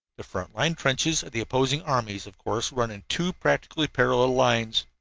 the front-line trenches of the opposing armies, of course, run in two practically parallel lines.